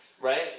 right